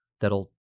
that'll